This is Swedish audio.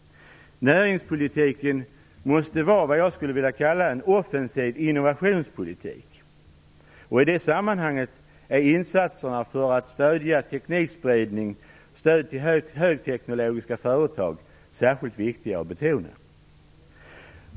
Näringspolitiken måste vara vad jag skulle vilja kalla en offensiv innovationspolitik. I det sammanhanget är insatserna för att stödja teknikspridning, stöd till högteknologiska företag särskilt viktiga att betona.